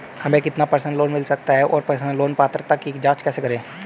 हमें कितना personal loan मिल सकता है और पर्सनल लोन पात्रता की जांच कैसे करें?